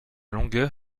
longueur